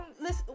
listen